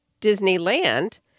Disneyland